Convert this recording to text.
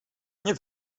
nie